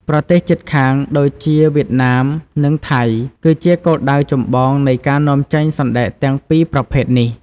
ប្រទេសជិតខាងដូចជាវៀតណាម និងថៃ គឺជាគោលដៅចម្បងនៃការនាំចេញសណ្តែកទាំងពីរប្រភេទនេះ។